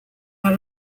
out